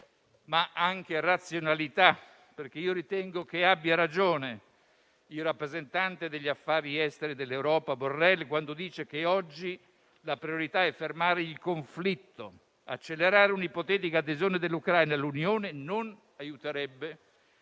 ma anche razionalità. Ritengo abbia ragione l'alto rappresentante dell'Unione per gli affari esteri Borrell, quando dice che oggi la priorità è fermare il conflitto: accelerare un'ipotetica adesione dell'Ucraina all'Unione non aiuterebbe